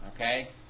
okay